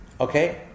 okay